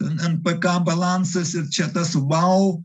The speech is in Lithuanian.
npk balansas balansas ir čia tas vau